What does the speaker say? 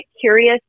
curious